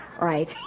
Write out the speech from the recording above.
right